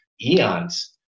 eons